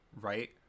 right